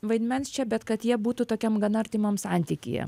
vaidmens čia bet kad jie būtų tokiam gana artimam santykyje